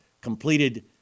completed